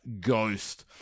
Ghost